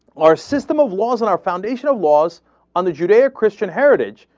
our system of laws and our foundation of laws on the judeo-christian heritage,